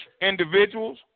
individuals